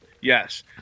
Yes